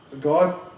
god